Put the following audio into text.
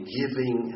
giving